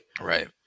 right